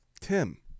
Tim